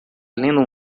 lendo